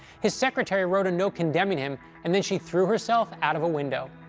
his secretary wrote a note condemning him, and then she threw herself out of a window.